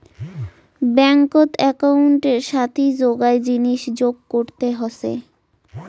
ব্যাঙ্কত একউন্টের সাথি সোগায় জিনিস যোগ করতে হসে